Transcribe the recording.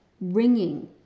ringing